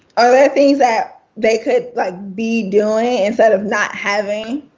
are there things that they could be doing instead of not having